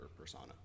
persona